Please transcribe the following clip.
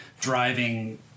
driving